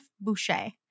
Boucher